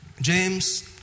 James